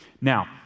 Now